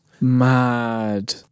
Mad